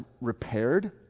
repaired